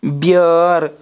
بیٲر